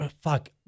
fuck